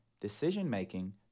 decision-making